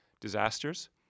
Disasters